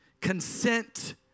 consent